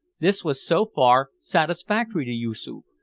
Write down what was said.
this was so far satisfactory to yoosoof,